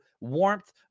warmth